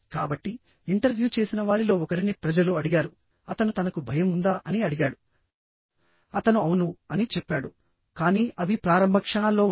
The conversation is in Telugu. కాబట్టి ఇంటర్వ్యూ చేసిన వారిలో ఒకరిని ప్రజలు అడిగారు అతను తనకు భయం ఉందా అని అడిగాడు అతను అవును అని చెప్పాడు కానీ అవి ప్రారంభ క్షణాల్లో ఉన్నాయి